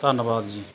ਧੰਨਵਾਦ ਜੀ